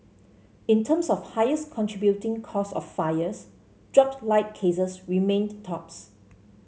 in terms of highest contributing cause of fires dropped light cases remained tops